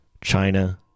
China